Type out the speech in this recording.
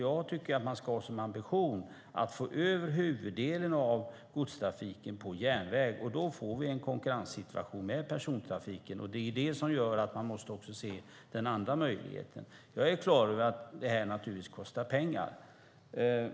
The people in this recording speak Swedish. Jag tycker att man ska ha som ambition att få över huvuddelen av godstrafiken på järnväg. Då får vi en konkurrenssituation med persontrafiken, och det är det som gör att man också måste se den andra möjligheten. Jag är naturligtvis klar över att det här kostar pengar.